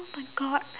oh my god